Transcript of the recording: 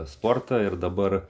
sportą ir dabar